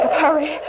Hurry